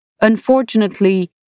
Unfortunately